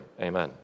Amen